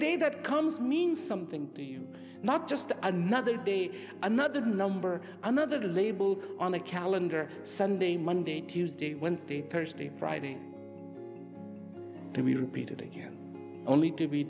day that comes means something not just another be another number another label on the calendar sunday monday tuesday wednesday thursday friday to be repeated again only to be